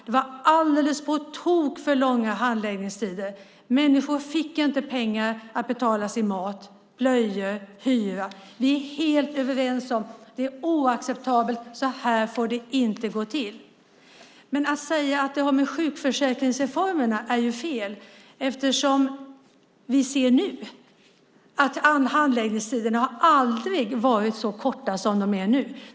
Det var alldeles på tok för långa handläggningstider. Människor fick inte pengar att betala mat, blöjor och hyra. Vi är helt överens om att det är oacceptabelt och att det inte får gå till så. Att säga att det har med sjukförsäkringsreformerna att göra är fel. Vi ser nu att handläggningstiderna aldrig har varit så korta som de är nu.